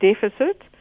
deficit